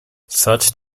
such